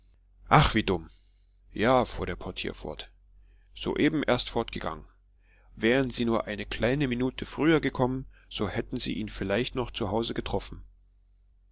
ach wie dumm ja fuhr der portier fort soeben erst fortgegangen wären sie nur eine kleine minute früher gekommen so hätten sie ihn vielleicht noch zu hause getroffen